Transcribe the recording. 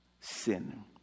sin